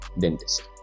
dentist